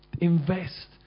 invest